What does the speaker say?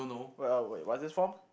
well wait what is this for